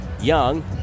Young